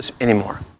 anymore